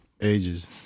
ages